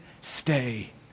stay